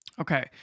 Okay